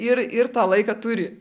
ir ir tą laiką turi